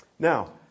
Now